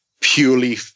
purely